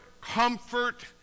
comfort